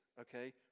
okay